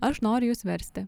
aš noriu jus versti